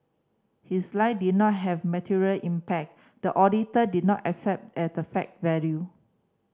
his lie did not have material impact the auditor did not accept at the fact value